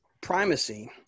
primacy